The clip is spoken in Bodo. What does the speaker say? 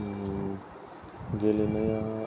गेलेनाया